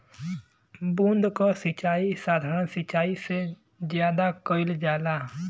बूंद क सिचाई साधारण सिचाई से ज्यादा कईल जाला